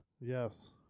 Yes